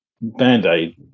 Band-Aid